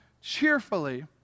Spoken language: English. cheerfully